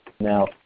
Now